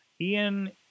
Ian